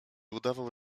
udawał